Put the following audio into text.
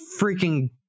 freaking